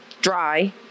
dry